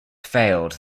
failed